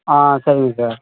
ஆ சரிங்க சார்